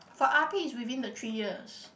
for R_P is within the three years